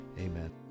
amen